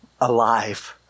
alive